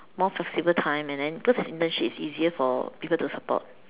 more flexible time and then because it's internships it's easier for people to support